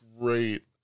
great